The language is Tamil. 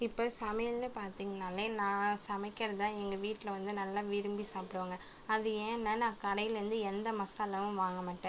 இப்போ சமையல்னு பார்த்திங்கன்னாலே நான் சமைக்கிறது தான் எங்கள் வீட்டில் வந்து நல்லா விரும்பி சாப்பிடுவாங்க அது ஏன்னால் நான் கடையிலேருந்து எந்த மசாலாவும் வாங்க மாட்டேன்